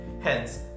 hence